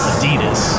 Adidas